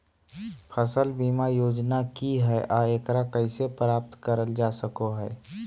फसल बीमा योजना की हय आ एकरा कैसे प्राप्त करल जा सकों हय?